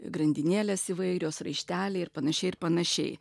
grandinėlės įvairios raišteliai ir panašiai ir panašiai